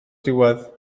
diwedd